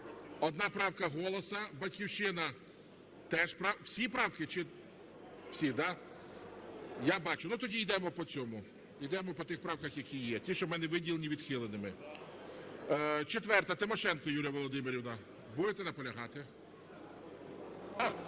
Одна правка "Голосу". "Батьківщина" теж правки... Всі правки чи..? Всі, да. Я бачу. Ну, тоді йдемо по цьому, йдемо по тих правках, які є, ті, що в мене виділені відхиленими. 4-а. Тимошенко Юлія Володимирівна. Будете наполягати?